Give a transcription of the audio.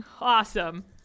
Awesome